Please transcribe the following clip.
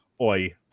Oi